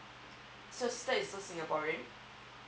so your sister is also singaporean